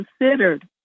considered